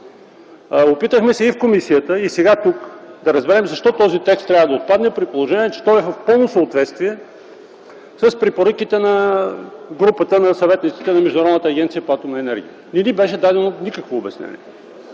Опитахме се и в комисията, и сега тук, да разберем защо този текст трябва да отпадне, при положение че той е в пълно съответствие с препоръките на групата на съветниците на Международната агенция по атомна енергия. Не ни беше дадено никакво обяснение.